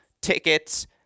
tickets